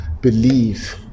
believe